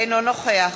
אינו נוכח